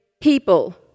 people